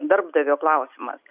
darbdavio klausimas